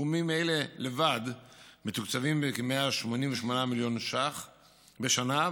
תחומים אלה מתוקצבים בכ-188 מיליון ש"ח בשנה,